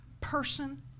person